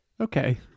Okay